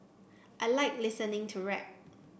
I like listening to rap